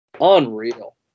unreal